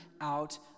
out